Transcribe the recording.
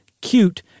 cute